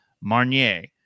Marnier